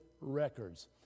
records